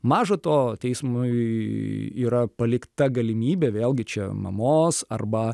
maža to teismui yra palikta galimybė vėlgi čia mamos arba